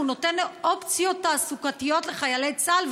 ונותן אופציות תעסוקתיות לחיילי צה"ל,